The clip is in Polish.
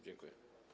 Dziękuję.